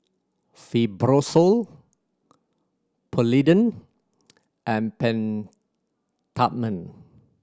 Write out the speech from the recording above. Fibrosol Polident and Peptamen